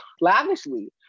lavishly